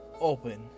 open